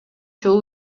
жолу